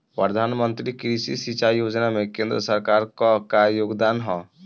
प्रधानमंत्री कृषि सिंचाई योजना में केंद्र सरकार क का योगदान ह?